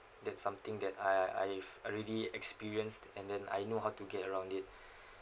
that's something that I I've already experienced and then I know how to get around it